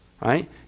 right